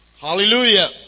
Hallelujah